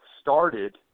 started